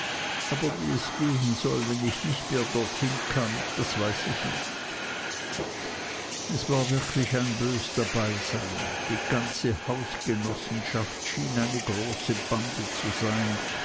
aber wie es gehen soll wenn ich nicht mehr dorthin kann das weiß ich nicht es war wirklich ein bös dabeisein die ganze hausgenossenschaft schien eine große bande zu sein